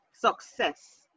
success